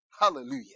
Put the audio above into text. Hallelujah